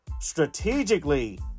strategically